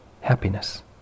happiness